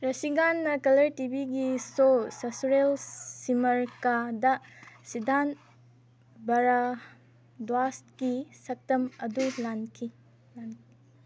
ꯔꯦꯁꯤꯟꯒꯥꯟꯅ colour ꯇꯤꯚꯤꯒꯤ ꯁꯣ ꯁꯁꯨꯔꯦꯜ ꯁꯤꯃꯔ ꯀꯥꯗ ꯁꯤꯗꯥꯟ ꯕꯔꯥꯗ꯭ꯋꯥꯁꯒꯤ ꯁꯛꯇꯝ ꯑꯗꯨ ꯂꯥꯡꯈꯤ